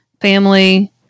family